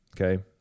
okay